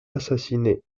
assassinée